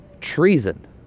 treason